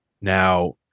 Now